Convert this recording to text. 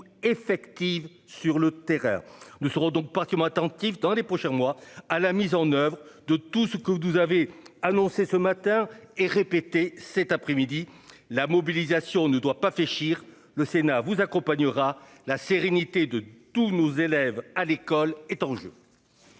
effective sur le terrain, nous serons donc pratiquement attentif dans les prochains mois à la mise en oeuvre de tout ce que vous avez annoncé ce matin et répété cet après-midi la mobilisation ne doit pas fléchir le Sénat vous accompagnera la sérénité de tous nos élèves à l'école est en jeu.